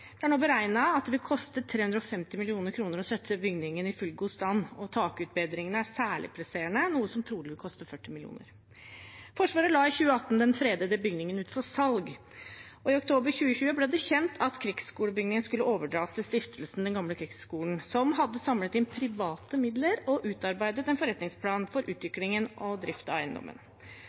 Det er nå beregnet at det vil koste 350 mill. kr å sette bygningen i fullgod stand. Takutbedring er særlig presserende, noe som trolig vil koste 40 mill. kr. Forsvaret la i 2018 den fredede bygningen ut for salg. I oktober 2020 ble det kjent at krigsskolebygningen skulle overdras til Stiftelsen Den Gamle Krigsskole, som hadde samlet inn private midler og utarbeidet en forretningsplan for utvikling og drift av eiendommen.